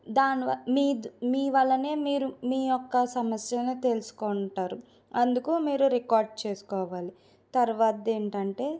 దానివ మీ మీ వల్లనే మీరు మీ యొక్క సమస్యలను తెలుసుకొంటారు అందుకు మీరు రికార్డ్ చేసుకోవాలి తరువాత ఏంటంటే